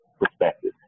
perspective